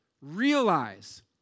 Realize